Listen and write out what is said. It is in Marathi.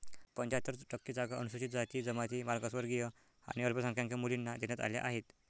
पंच्याहत्तर टक्के जागा अनुसूचित जाती, जमाती, मागासवर्गीय आणि अल्पसंख्याक मुलींना देण्यात आल्या आहेत